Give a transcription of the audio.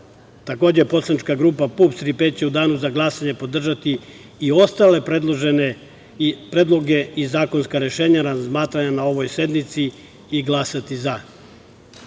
Takođe, Poslanička grupa PUPS - „Tri P“ će u danu za glasanje podržati i ostale predloge i zakonska rešenja razmatrana na ovoj sednici i glasati za. Uz